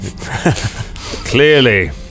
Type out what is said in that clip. Clearly